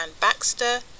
Baxter